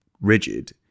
rigid